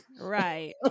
right